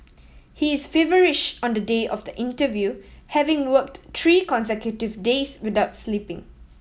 he is feverish on the day of the interview having worked three consecutive days without sleeping